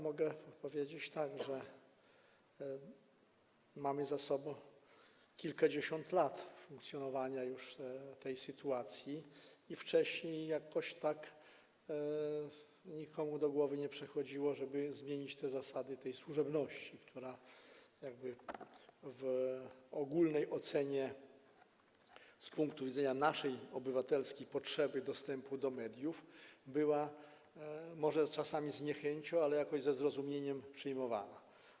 Mogę powiedzieć tak: Mamy za sobą już kilkadziesiąt lat funkcjonowania takich zasad i wcześniej jakoś nikomu do głowy nie przyszło, żeby je zmienić, chodzi o tę służebność, która jakby w ogólnej ocenie, z punktu widzenia naszej obywatelskiej potrzeby dostępu do mediów była może czasami z niechęcią, ale jakoś ze zrozumieniem przyjmowana.